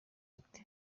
ati